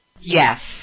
Yes